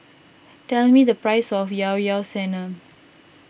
tell me the price of Ilao Ilao Sanum